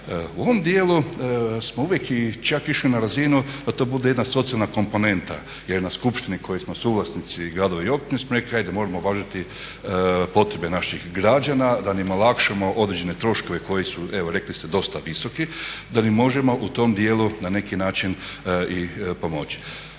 U ovom dijelu smo uvijek čak išli na razinu da to bude jedna socijalna komponenta jer na skupštini koje smo suvlasnici gradovi i općine smo rekli ajde moramo obavljati potrebe naših građana da im olakšamo određene troškove koji su evo rekli ste dosta visoki, da im možemo u tom dijelu na neki način i pomoći.